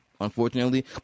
unfortunately